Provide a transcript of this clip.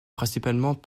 principalement